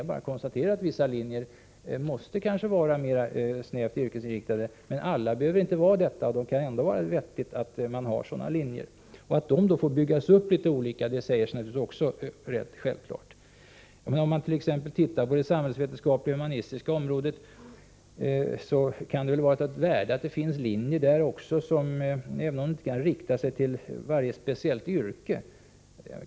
Jag konstaterade bara att vissa linjer kanske måste vara mer snävt yrkesinriktade men att alla inte kan vara det — och att det ändå kan vara vettigt att ha sådana. Det bör då också vara självklart att de får byggas upp på litet olika sätt. Det kan väl exempelvis vara av värde att det också på det samhällsvetenskapliga-humanistiska området finns linjer som ger en allmän kunskap - även om de inte riktar sig till varje speciellt yrke.